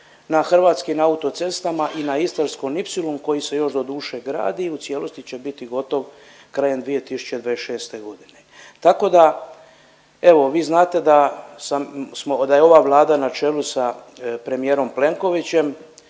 na Hrvatskim auto cestama i na Istarskom ipsilonu koji se još doduše gradi. U cijelosti će biti gotov krajem 2026. godine. Tako da evo vi znate da sam smo, da je ova Vlada na čelu sa premijerom Plenkovićem